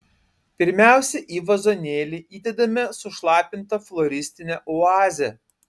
pirmiausia į vazonėlį įdedame sušlapintą floristinę oazę